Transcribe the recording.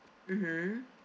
mmhmm